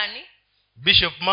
Bishop